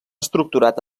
estructurat